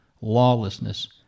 lawlessness